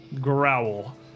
growl